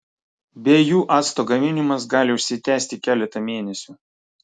be jų acto gaminimas gali užsitęsti keletą mėnesių